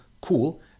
cool